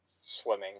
swimming